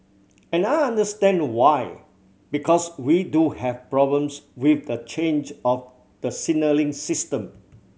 and I understand why because we do have problems with the change of the signalling system